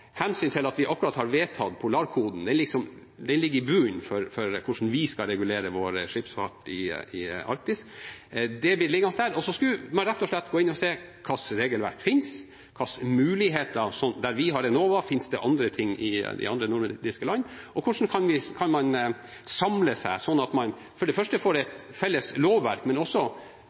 skal regulere vår skipsfart i Arktis. Den blir liggende der, og så skulle man rett og slett gå inn og se hvilket regelverk som finnes, hvilke muligheter som finnes – der vi har Enova, finnes det andre ting i de andre nordiske landene – og hvordan man kan samle seg, slik at man for det første får et felles lovverk, men også